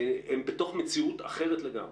הם בתוך מציאות אחרת לגמרי,